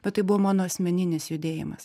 bet tai buvo mano asmeninis judėjimas